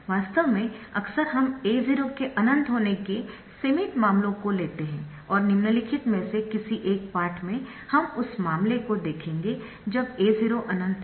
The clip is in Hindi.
वास्तव में अक्सर हम A0 के अनंत होने के सीमित मामले को लेते है और निम्नलिखित में से किसी एक पाठ में हम उस मामले को देखेंगे जब A0 अनंत है